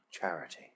charity